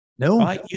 No